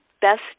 best